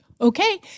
okay